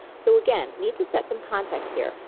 so again, need to set some context here.